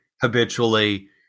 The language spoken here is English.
habitually